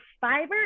fiber